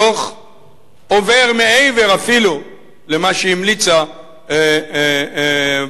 הדוח עובר מעבר אפילו למה שהמליצה ועדת-גולדברג.